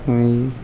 વી